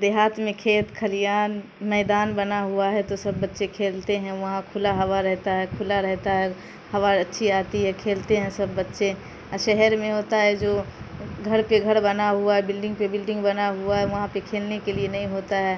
دیہات میں کھیت کھلیان میدان بنا ہوا ہے تو سب بچے کھیلتے ہیں وہاں کھلا ہوا رہتا ہے کھلا رہتا ہے ہوا اچھی آتی ہے کھیلتے ہیں سب بچے اور شہر میں ہوتا ہے جو گھر پہ گھر بنا ہوا بلڈنگ پہ بلڈنگ بنا ہوا ہے وہاں پہ کھیلنے کے لیے نہیں ہوتا ہے